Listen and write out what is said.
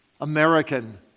American